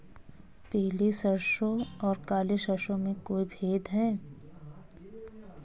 पीली सरसों और काली सरसों में कोई भेद है?